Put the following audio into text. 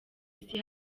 isi